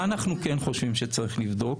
מה אנחנו כן חושבים שצריך לבדוק?